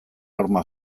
horma